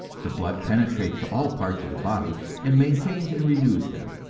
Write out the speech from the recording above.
the blood penetrates to all parts of the body and maintains and renews them.